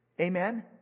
Amen